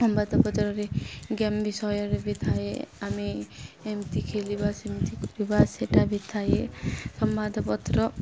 ସମ୍ବାଦପତ୍ରରେ ଗେମ୍ ବିଷୟରେ ବି ଥାଏ ଆମେ ଏମିତି ଖେଳିବା ସେମିତି କରିବା ସେଇଟା ବି ଥାଏ ସମ୍ବାଦପତ୍ର